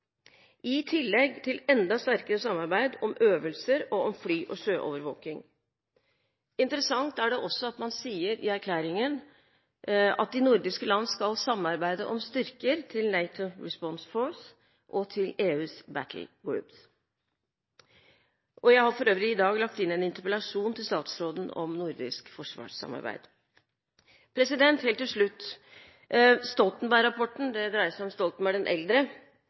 i tillegg til et enda sterkere samarbeid om øvelser og om fly- og sjøovervåking. Interessant er det også at man sier i erklæringen at de nordiske land skal samarbeide om styrker til NATO Response Force og til EUs Battle Groups. Jeg har for øvrig i dag lagt inn en interpellasjon til statsråden om nordisk forsvarssamarbeid. Helt til slutt: Stoltenberg-rapporten – det dreier seg om Stoltenberg den eldre